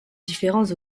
différents